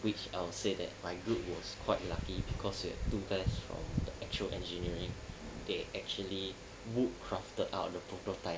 which I would say that my group was quite lucky because we had two guys from the actual engineering they actually wood crafted out of the prototype